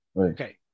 Okay